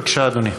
בבקשה, אדוני.